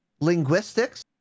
linguistics